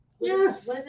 Yes